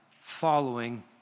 following